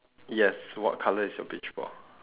yes what color is your beach ball